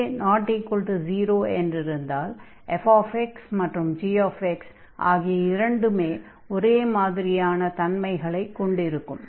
k≠0 என்றிருந்தால் fx மற்றும் g ஆகிய இரண்டுமே ஒரே மதிரியான தன்மைகளைக் கொண்டிருக்கும்